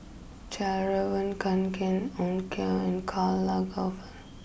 Fjallraven Kanken Onkyo and Karl Lagerfeld